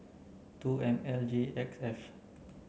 two M L G X F